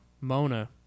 mona